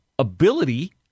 Ability